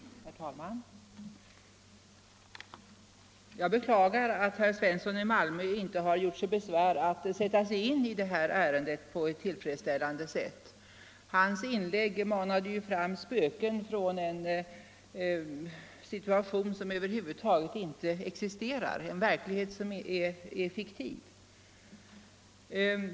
Herr talman! Jag beklagar att herr Svensson i Malmö inte har gjort sig besvär att sätta sig in i det här ärendet på ett tillfredsställande sätt. Hans inlägg manar ju fram spöken från en situation som över huvud taget inte existerar, från en verklighet som är fiktiv.